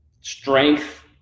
strength